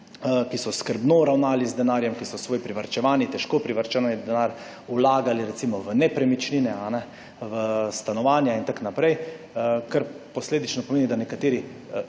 ki so skrbno ravnali z denarjem, ki so svoj težko privarčevani denar vlagali recimo v nepremičnine, v stanovanja in tako naprej, kar posledično pomeni, da nekateri